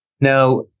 Now